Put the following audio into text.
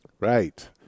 Right